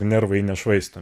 nervai nešvaisto